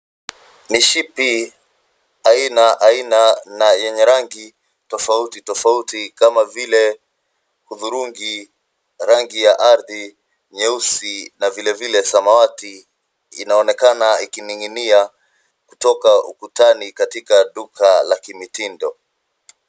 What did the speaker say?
Mishipi aina aina na yenye rangi tofauti tofauti kama vile hudhurungi, rangi ya ardhi, nyeusi na vile vile samawati inaonekana ikining'inia kutoka ukutani katika duka la kimitindo.